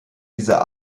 dieser